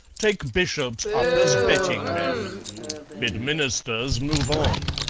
take bishops up as betting men bid ministers move on.